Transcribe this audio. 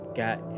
got